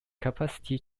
capacity